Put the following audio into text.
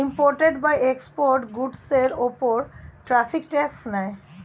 imported বা exported গুডসের উপর ট্যারিফ ট্যাক্স নেয়